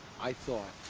i thought.